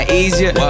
easier